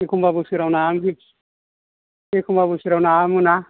एखमबा बोसोराव नायानो एखमबा बोसोराव नायानो मोना